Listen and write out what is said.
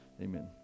Amen